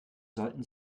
sollten